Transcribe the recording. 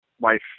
wife